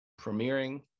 premiering